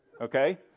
okay